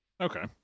Okay